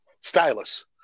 Stylus